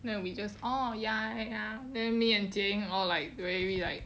then we just orh ya ya then me and jie ying all like very like